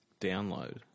download